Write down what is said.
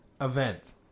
event